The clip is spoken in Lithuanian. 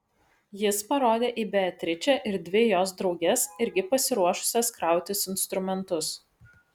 jis parodė į beatričę ir dvi jos drauges irgi pasiruošusias krautis instrumentus